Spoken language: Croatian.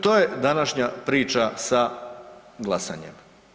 To je današnja priča sa glasanjem.